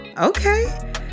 okay